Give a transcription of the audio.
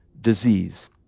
disease